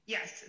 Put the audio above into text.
Yes